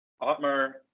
Otmar